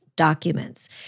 documents